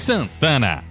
Santana